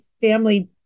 family